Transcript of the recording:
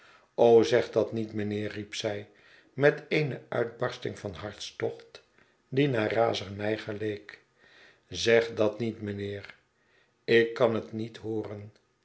zeg dat niet mynheer riep zij met eene uitbarsting van hartstocht die naar razernij geleek a zeg dat niet mijnheer ik kan het niet hooren